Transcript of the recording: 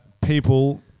people